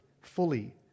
fully